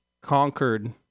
conquered